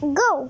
go